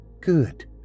Good